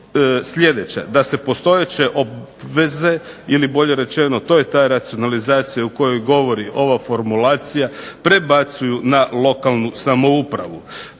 da se postojeće obveze ili bolje rečeno to je ta racionalizacija o kojoj govori ova formulacija prebacuju na lokalnu samoupravu.